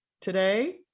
today